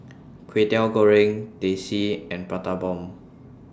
Kway Teow Goreng Teh C and Prata Bomb